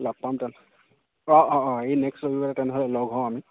লগ পাম তেন অঁ অঁ অঁ এই নেক্সট ৰবিবাৰে তেনেহ'লে লগ হওঁ আমি